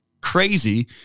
crazy